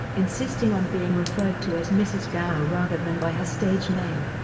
insisting on being referred to as mrs. gow rather than by her stage name.